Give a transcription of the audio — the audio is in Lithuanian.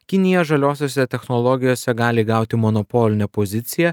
kinija žaliosiose technologijose gali gauti monopolinę poziciją